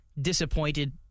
disappointed